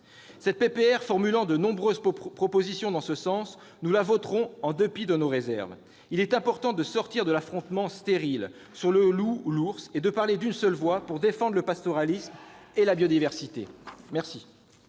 Cette résolution formulant de nombreuses propositions dans ce sens, nous la voterons en dépit de nos réserves. Il est important de sortir de l'affrontement stérile sur le loup ou l'ours et de parler d'une seule voix pour défendre le pastoralisme et la biodiversité. Très